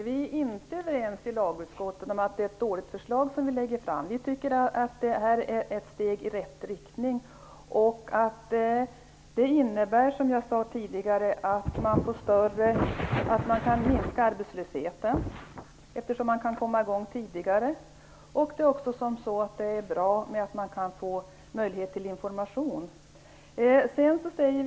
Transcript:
Herr talman! Vi är i lagutskottet inte överens om att det förslag som vi lägger fram är dåligt. Vi tycker att det är ett steg i rätt riktning. Det innebär som jag tidigare sade att arbetslösheten kan minskas eftersom man kan komma i gång med åtgärder tidigare. Det är också bra genom att möjligheten att få information blir bättre.